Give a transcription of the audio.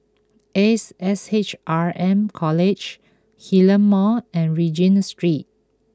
Ace S H R M College Hillion Mall and Regent Street